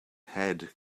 head